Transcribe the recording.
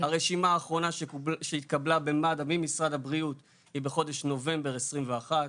הרשימה האחרונה שהתקבלה במד"א ממשרד הבריאות היא בחודש נובמבר 21',